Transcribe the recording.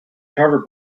charter